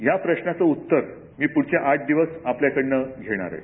या प्रश्नाचं उत्तर पुढचे आठ दिवस आपल्याकडनं घेणार आहे